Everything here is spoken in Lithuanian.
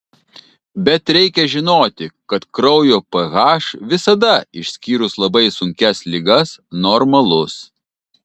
bet reikia žinoti kad kraujo ph visada išskyrus labai sunkias ligas normalus